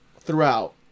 throughout